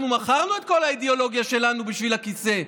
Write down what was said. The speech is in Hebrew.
אנחנו מכרנו את כל האידיאולוגיה שלנו בשביל הכיסא.